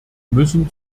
müssen